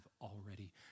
already